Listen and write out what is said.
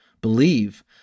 believe